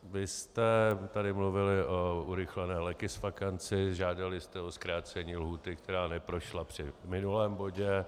Vy jste tady mluvili o urychlené legisvakanci, žádali jste o zkrácení lhůty, která neprošla při minulém bodě.